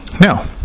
Now